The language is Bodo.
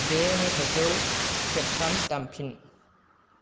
बे मेथाइखौ खेबथाम दामफिन